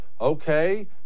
okay